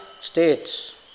states